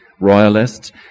royalists